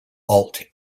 alt